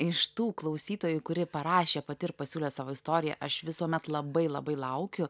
iš tų klausytojų kuri parašė pati ir pasiūlė savo istoriją aš visuomet labai labai laukiu